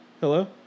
Hello